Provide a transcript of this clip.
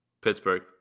Pittsburgh